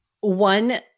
one